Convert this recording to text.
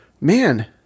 man